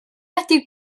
wedi